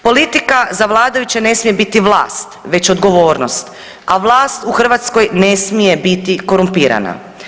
Politika za vladajuće ne smije biti vlast već odgovornost, a vlast u Hrvatskoj ne smije biti korumpirana.